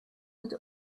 and